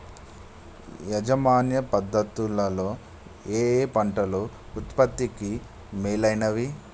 యాజమాన్య పద్ధతు లలో ఏయే పంటలు ఉత్పత్తికి మేలైనవి?